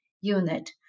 unit